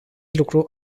lucru